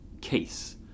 case